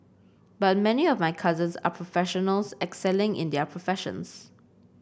but many of my cousins are professionals excelling in their professions